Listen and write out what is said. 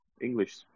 English